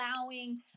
allowing